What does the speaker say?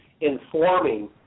informing